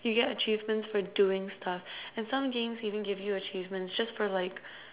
so you get achievements for doing stuff and some games even give you achievements just for like